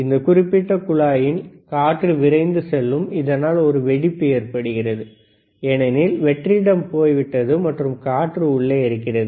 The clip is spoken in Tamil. இந்த குறிப்பிட்ட குழாயில் காற்று விரைந்து செல்லும் அதனால் ஒரு வெடிப்பு ஏற்படுகிறது ஏனெனில் வெற்றிடம் போய்விட்டது மற்றும் காற்று உள்ளே இருக்கிறது